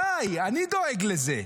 עליי, אני דואג לזה.